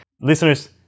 Listeners